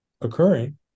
occurring